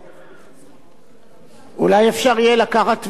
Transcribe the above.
אולי אפשר לקחת יהיה לקחת טביעות אצבעות מאלה שמדברים,